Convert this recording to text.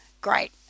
great